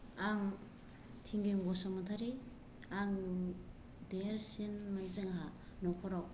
आं थिंगिं बसुमतारी आं देरसिनमोन जोंहा न'खराव